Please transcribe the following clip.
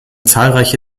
zahlreiche